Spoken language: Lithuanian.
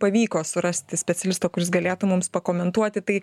pavyko surasti specialisto kuris galėtų mums pakomentuoti tai